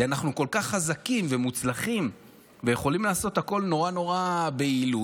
כי אנחנו כל כך חזקים ומוצלחים ויכולים לעשות הכול נורא נורא ביעילות,